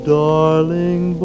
darling